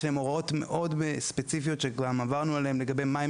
יש להן הוראות מאוד ספציפיות שכבר עברנו עליהן לגבי מה הן